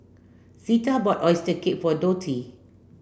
Zeta bought oyster cake for Dottie